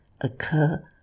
occur